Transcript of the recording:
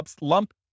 lump